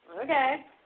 okay